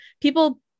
People